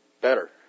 better